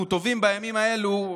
אנחנו תובעים בימים האלו,